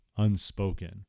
unspoken